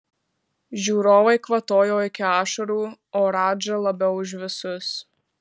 žiūrovai kvatojo iki ašarų o radža labiau už visus